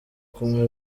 kumwe